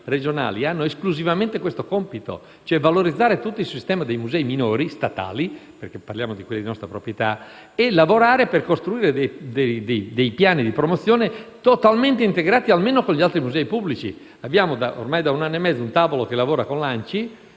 regionali hanno esclusivamente questo compito: valorizzare tutto il sistema dei musei minori statali, perché parliamo di quelli di nostra proprietà, e lavorare per costruire piani di promozione totalmente integrati, almeno con gli altri musei pubblici. Ormai da un anno e mezzo abbiamo istituito un tavolo che lavora con l'ANCI